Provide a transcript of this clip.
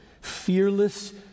fearless